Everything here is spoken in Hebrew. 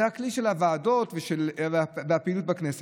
זה הכלי של הוועדות והפעילות בכנסת.